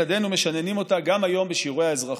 ילדינו משננים אותה גם היום בשיעורי האזרחות.